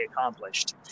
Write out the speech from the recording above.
accomplished